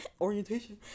orientation